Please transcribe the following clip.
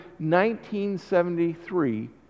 1973